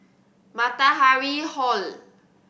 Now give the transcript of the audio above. Matahari Hall